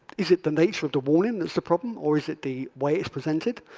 is it the nature of the warning that's the problem, or is it the way it's presented?